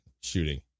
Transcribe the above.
shooting